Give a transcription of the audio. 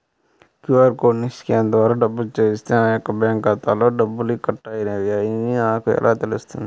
QR కోడ్ని scan ద్వారా డబ్బులు చెల్లిస్తే నా యొక్క ఖాతాలో డబ్బులు కట్ అయినవి అని నాకు ఎలా తెలుస్తుంది?